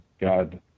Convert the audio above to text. God